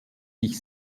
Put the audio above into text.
sich